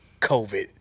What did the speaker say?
COVID